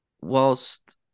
Whilst